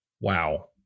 Wow